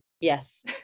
yes